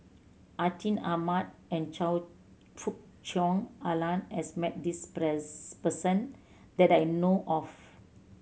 Atin Amat and Choe Fook Cheong Alan has met this person that I know of